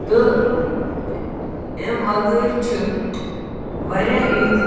تہٕ امہ وَغٲر چھِ واریاہ یِتھ